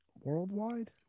Worldwide